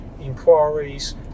Inquiries